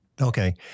Okay